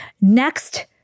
next